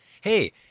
hey